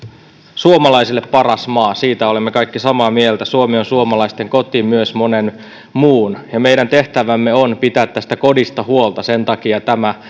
suomalaisille paras maa siitä olemme kaikki samaa mieltä suomi on suomalaisten koti myös monen muun ja meidän tehtävämme on pitää tästä kodista huolta sen takia tämä